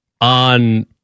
on